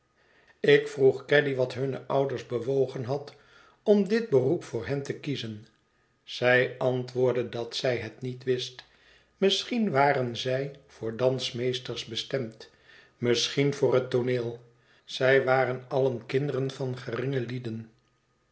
ik vroeg caddy wat hunne ouders bewogen had om dit beroep voor hen te kiezen zij antwoordde dat zij het niet wist misschien waren zij voor dansmeesters bestemd misschien voor het tooneel zij waren allen kinderen van geringe lieden